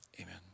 amen